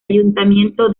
ayuntamiento